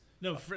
No